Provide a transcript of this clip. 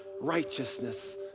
righteousness